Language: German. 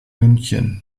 münchen